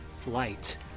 flight